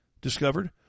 discovered